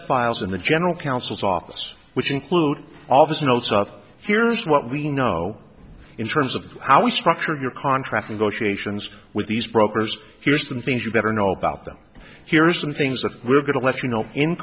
of files in the general counsel's office which include all this you know so here's what we know in terms of how we structure your contract negotiations with these brokers use them things you better know about them here's the things that we're going to let you know in